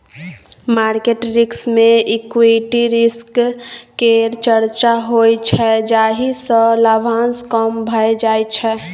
market risk मे equity risk केर चर्चा होइ छै जाहि सँ लाभांश कम भए जाइ छै